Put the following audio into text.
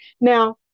Now